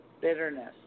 bitterness